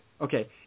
Okay